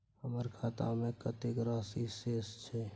हमर खाता में कतेक राशि शेस छै?